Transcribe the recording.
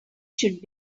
should